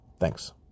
Thanks